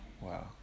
Wow